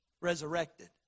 resurrected